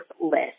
list